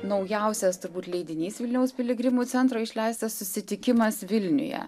naujausias turbūt leidinys vilniaus piligrimų centro išleistas susitikimas vilniuje